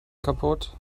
kaputt